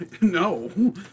No